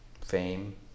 fame